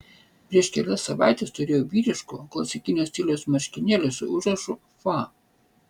prieš kelias savaites turėjau vyriškų klasikinio stiliaus marškinėlių su užrašu fa